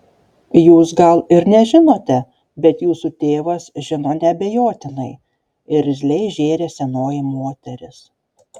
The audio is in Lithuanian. jūs gal ir nežinote bet jūsų tėvas žino neabejotinai irzliai žėrė senoji moteris